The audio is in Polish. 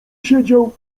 siedział